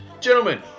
gentlemen